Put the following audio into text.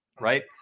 right